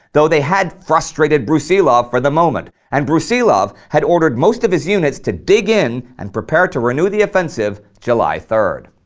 they had frustrated brusilov for the moment, and brusilov had ordered most of his units to dig in and prepare to renew the offensive july third.